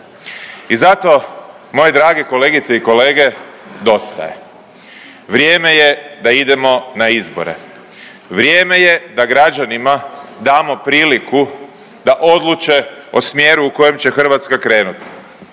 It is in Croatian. I zato moje drage kolegice i kolege dosta je, vrijeme je da idemo na izbore, vrijeme je da građanima damo priliku da odluče o smjeru u kojem će Hrvatska krenuti,